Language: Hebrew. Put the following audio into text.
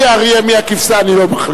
מי האריה, מי הכבשה, אני לא מחליט.